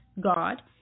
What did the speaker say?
god